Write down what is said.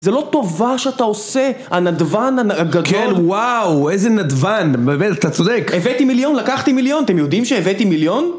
זה לא טובה שאתה עושה, הנדוון הגדול... כן, וואו, איזה נדוון, באמת, אתה צודק. הבאתי מיליון, לקחתי מיליון, אתם יודעים שהבאתי מיליון?